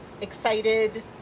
excited